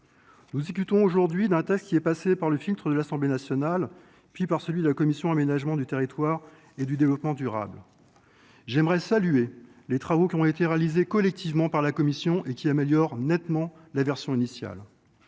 nous discutons aujourd'hui d'un texte qui est passé par le filtre de l'assemblée nationale puis par celui de la commission d'aménagement du territoire et du développement durable J'aimerais saluer les travaux qui ont été réalisés collectivement par la Commission et qui améliorent nettement la version initiale